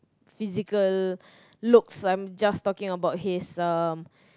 physical looks I'm just talking about his um